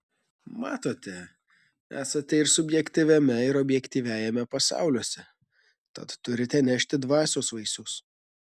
matote esate ir subjektyviajame ir objektyviajame pasauliuose tad turite nešti dvasios vaisius